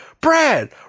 Brad